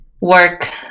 work